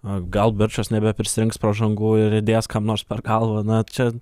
a gal birčas nebeprisirinks pražangų ir įdės kam nors per galvą na čia